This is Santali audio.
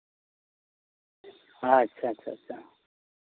ᱟᱪᱪᱷᱟ ᱟᱪᱪᱷᱟ